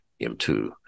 M2